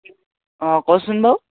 অঁ কচোন বাৰু